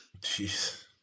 Jeez